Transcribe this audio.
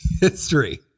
history